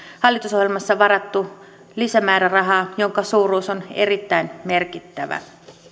hallitusohjelmassa varattu lisämäärärahaa jonka suuruus on erittäin merkittävä